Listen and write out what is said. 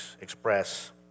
express